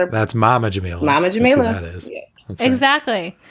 that's momma jimmy. mama jimmy exactly.